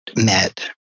met